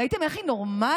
ראיתם איך היא נורמלית?